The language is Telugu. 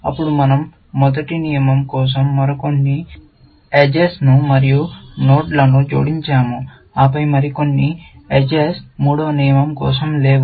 అప్పుడు మన০ మొదటి నియమం కోసం మరికొన్ని ఎడ్జెస్ మరియు నోడ్లను జోడించాము ఆపై మరికొన్ని ఎడ్జెస్ మూడవ నియమం కోసం లేవు